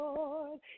Lord